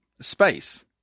space